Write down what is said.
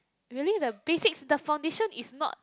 really the basics the foundation is not